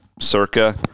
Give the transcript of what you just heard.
Circa